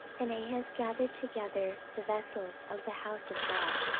and ahaz gathered together the vessels of the house of god,